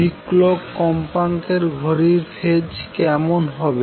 clock কম্পাঙ্কের ঘড়ির phase কেমন হবে